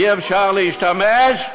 אי-אפשר להשתמש,